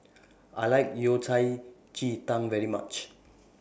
I like Yao Cai Ji Tang very much